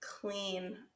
clean